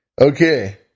Okay